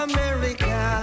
America